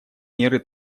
меры